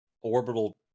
orbital